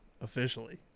officially